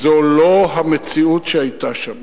זו לא המציאות שהיתה שם.